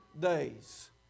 days